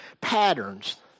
patterns